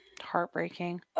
heartbreaking